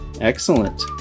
Excellent